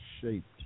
shaped